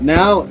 Now